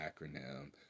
acronym